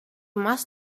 must